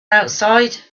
outside